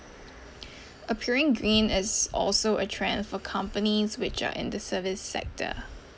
appearing green is also a trend for companies which are in the service sector